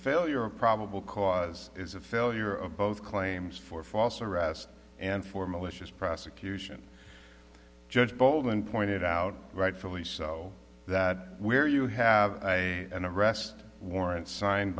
failure of probable cause is a failure of both claims for false arrest and for malicious prosecution judge bolden pointed out rightfully so that we're you have an arrest warrant signed